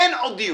אין עוד דיון.